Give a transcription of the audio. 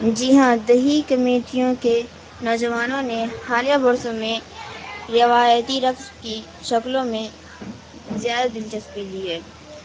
جی ہاں دیہی کمیٹیوں کے نوجوانوں نے حالیہ برسوں میں روایتی رقص کی شکلوں میں زیادہ دلچسپی لی ہے